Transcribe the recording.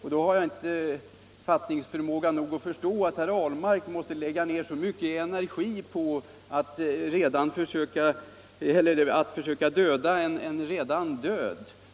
Jag har inte fattningsförmåga nog att förstå att herr Ahlmark måste lägga ner som mycken energi på att döda en redan död.